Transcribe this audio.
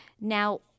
now